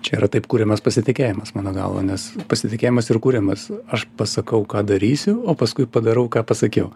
čia yra taip kuriamas pasitikėjimas mano galva nes pasitikėjimas ir kuriamas aš pasakau ką darysiu o paskui padarau ką pasakiau